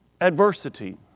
adversity